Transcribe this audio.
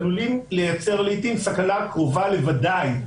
עלולים לייצר לעיתים סכנה קרובה לוודאי,